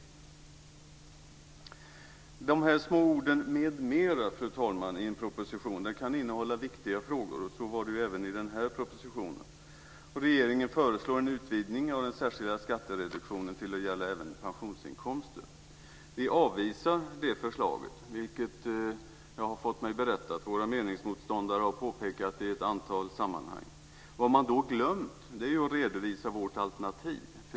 Fru talman! De små orden "med mera" kan i samband med en proposition betyda viktiga frågor. Så var det även i den här propositionen. Regeringen föreslår en utvidgning av den särskilda skattereduktionen till att gälla även pensionsinkomster. Vi avvisar det förslaget, vilket jag har fått mig berättat. Våra meningsmotståndare har påpekat det i ett antal sammanhang. Vad man då glömt är att redovisa vårt alternativ.